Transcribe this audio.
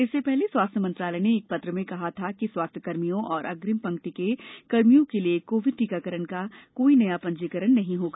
इससे पहले स्वास्थ्य मंत्रालय ने एक पत्र में कहा था कि स्वास्थ्य कर्मियों और अग्रिम पंक्ति के कर्मियों के लिए कोविड टीकाकरण का कोई नया पंजीकरण नहीं होगा